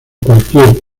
cualquier